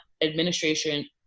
administration